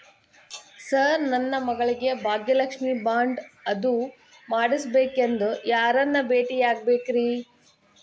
Sir ನನ್ನ ಮಗಳಿಗೆ Bhagyalakshmi bond ಅದು ಮಾಡಿಸಬೇಕೆಂದು ಯಾರನ್ನ ಭೇಟಿಯಾಗಬೇಕ್ರಿ?